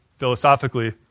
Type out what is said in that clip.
philosophically